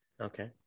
Okay